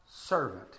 servant